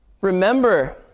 Remember